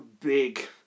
big